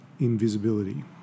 invisibility